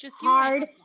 hard